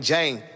Jane